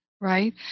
right